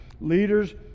Leaders